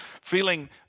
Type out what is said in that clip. feeling